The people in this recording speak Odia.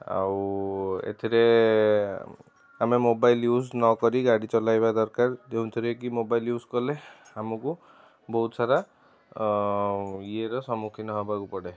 ଆଉ ଏଥିରେ ଆମେ ମୋବାଇଲ ୟୁଜ ନ କରି ଗାଡ଼ି ଚଲାଇବା ଦରକାର ଯେଉଁଥିରେ କି ମୋବାଇଲ ୟୁଜ କଲେ ଆମକୁ ବହୁତ ସାରା ଇଏ ର ସମ୍ମୁଖିନ ହବାକୁ ପଡ଼େ